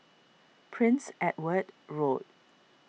Prince Edward Road